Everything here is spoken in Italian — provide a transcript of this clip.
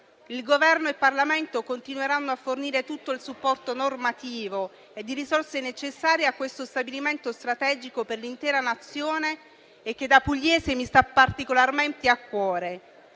Il Governo e il Parlamento continueranno a fornire tutto il supporto normativo e di risorse necessarie a questo stabilimento strategico per l'intera Nazione e che da pugliese mi sta particolarmente a cuore.